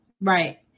Right